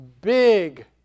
big